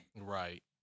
Right